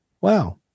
Wow